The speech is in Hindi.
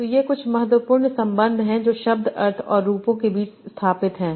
तो ये कुछ बहुत महत्वपूर्ण संबंध हैं जो शब्द अर्थ और रूपों के बीच स्थापित हैं